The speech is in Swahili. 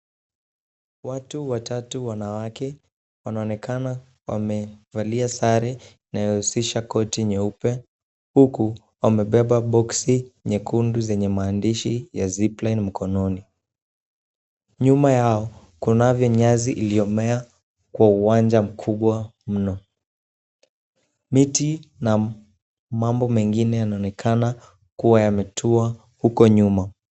Watu watatu wanawake wanaonekana wamevalia sare inayohusisha koti nyeupe huku wamebeba boxi nyekundu zenye maandishi ya Zipline mkononi , nyuma Yao kunavyo nyasi iliyomea kwa uwanja mkubwa mno , miti na mambo mengine yanaonekana kua yametua huko nyuma.